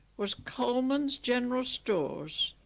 was coleman's general stores,